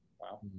Wow